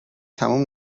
تموم